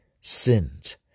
sinned